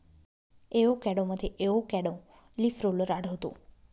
एवोकॅडोमध्ये avocado leaf roller आढळतो